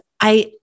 I-